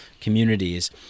communities